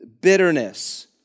bitterness